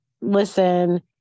listen